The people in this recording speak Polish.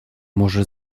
może